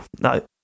No